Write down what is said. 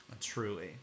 Truly